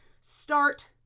start